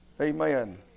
Amen